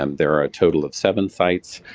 um there are a total of seven sites,